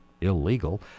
illegal